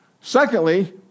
Secondly